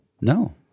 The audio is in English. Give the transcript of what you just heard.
No